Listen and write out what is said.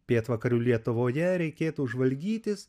pietvakarių lietuvoje reikėtų žvalgytis